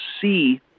see